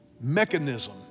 mechanism